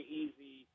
easy